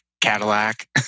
Cadillac